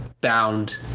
bound